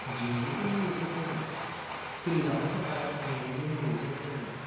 दिनैनि बे मुलुगजों जोङो सोलिलांनो थाखाय दिनैनि बे मुलुगजों जोङो